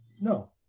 no